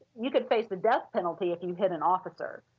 you could face the death penalty if you hit an officer.